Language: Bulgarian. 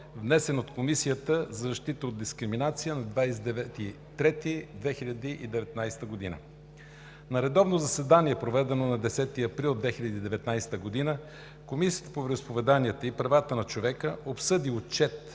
внесен от Комисията за защита от дискриминация на 29 март 2019 г. На редовно заседание, проведено на 10 април 2019 г., Комисията по вероизповеданията и правата на човека обсъди Отчет